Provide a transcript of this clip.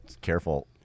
Careful